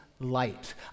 light